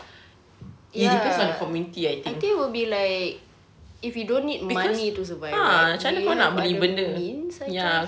ya I think will be like if you don't need money to survive right do you have other means